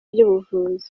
by’ubuvuzi